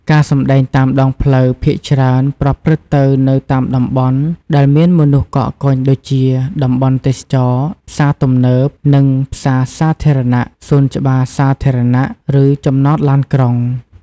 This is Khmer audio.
ការសម្ដែងតាមដងផ្លូវភាគច្រើនប្រព្រឹត្តទៅនៅតាមតំបន់ដែលមានមនុស្សកកកុញដូចជា តំបន់ទេសចរណ៍ ផ្សារទំនើប និងផ្សារសាធារណៈ សួនច្បារសាធារណៈ ឬចំណតឡានក្រុង។